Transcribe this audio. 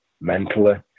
mentally